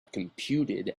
computed